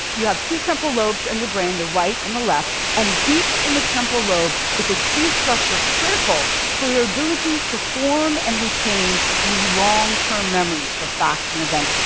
you have two temporal lobes in your brain, the right and the left, and deep in the temporal lobe is a key structure critical for your ability to form and retain new long-term memories for facts and events.